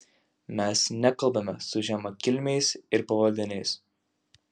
mes nekalbame su žemakilmiais ir pavaldiniais